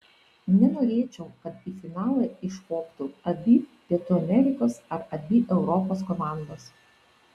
nenorėčiau kad į finalą iškoptų abi pietų amerikos ar abi europos komandos